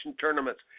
Tournaments